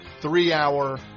three-hour